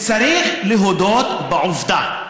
צריך להודות בעובדה,